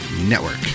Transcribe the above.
Network